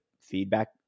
feedback